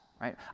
right